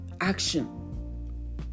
action